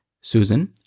Susan